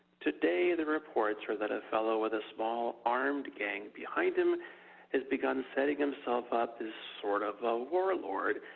today the reports are that a fellow with a small armed gang behind him has begun setting himself up as sort of a warlord,